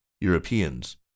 Europeans